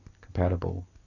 Compatible